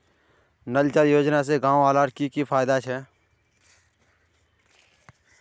नल जल योजना से गाँव वालार की की फायदा छे?